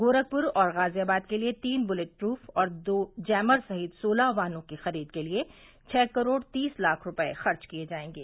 गोरखपुर और गाजियाबाद के लिये तीन बुलेटप्रूफ और दो जैमर सहित सोलह वाहनों की खरीद के लिये छ करोड़ तीस लाख रूपये खर्च किये जायेंगे